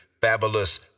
fabulous